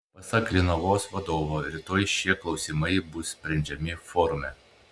pasak linavos vadovo rytoj šie klausimai bus sprendžiami forume